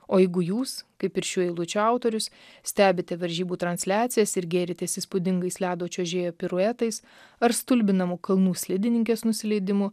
o jeigu jūs kaip ir šių eilučių autorius stebite varžybų transliacijas ir gėritės įspūdingais ledo čiuožėjo piruetais ar stulbinamu kalnų slidininkės nusileidimu